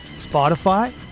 Spotify